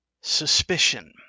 suspicion